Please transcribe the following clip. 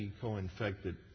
co-infected